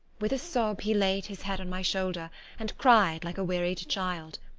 with a sob he laid his head on my shoulder and cried like a wearied child,